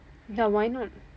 ya why not